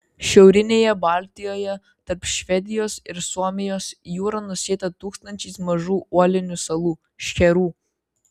šiaurinėje baltijoje tarp švedijos ir suomijos jūra nusėta tūkstančiais mažų uolinių salų šcherų